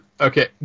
okay